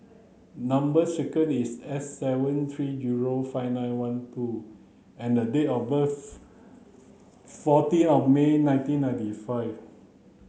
number sequence is S seven three zero five nine one two and the date of birth fourteen of May nineteen ninety five